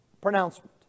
pronouncement